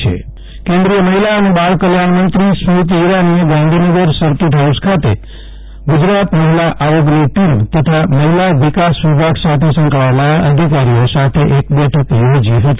જયદિપ વૈષ્ણવ મહિલા બાળ કલ્યાણમંત્રી કેન્દ્રીય મહિલા અને બાળ કલ્યાણ મંત્રી સ્મૃતિ ઇરાનીએ ગાંધીનગર સર્કિટ હાઉસ ખાતે ગુજરાત મહિલા આયોગની ટીમ તથા મહિલા વિકાસ વિભાગ સાથે સંકળાયેલા અધિકારીઓ સાથે એક બેઠક યોજી હતી